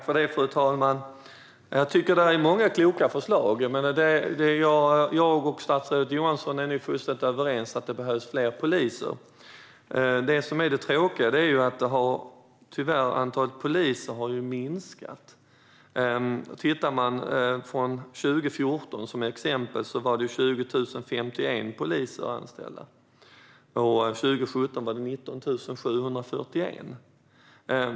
Fru talman! Jag tycker att det är många kloka förslag. Jag och statsrådet Johansson är nog fullständigt överens om att det behövs fler poliser. Det tråkiga är att antalet poliser har minskat. År 2014, till exempel, var det 20 051 poliser anställda, och år 2017 var det 19 741.